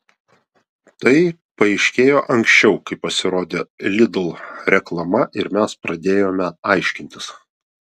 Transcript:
tai paaiškėjo anksčiau kai pasirodė lidl reklama ir mes pradėjome aiškintis